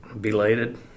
belated